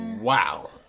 wow